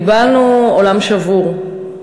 קיבלנו עולם שבור.